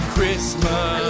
Christmas